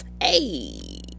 hey